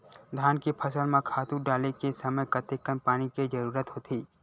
धान के फसल म खातु डाले के समय कतेकन पानी के जरूरत होथे?